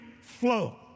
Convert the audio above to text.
flow